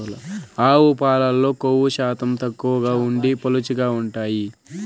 ఆవు పాలల్లో కొవ్వు శాతం తక్కువగా ఉండి పలుచగా ఉంటాయి